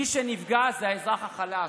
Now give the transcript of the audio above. מי שנפגע זה האזרח החלש.